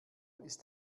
ist